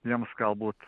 jiems galbūt